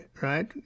right